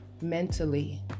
mentally